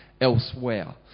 elsewhere